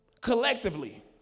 Collectively